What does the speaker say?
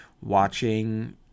watching